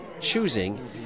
choosing